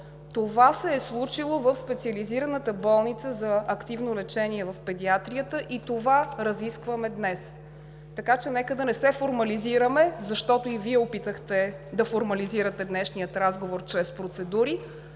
Това се е случило в Специализираната болница за активно лечение по детски болести и това разискваме днес. Така че нека да не се формализираме, защото и Вие опитахте да формализирате днешния разговор чрез процедури,